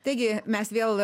taigi mes vėl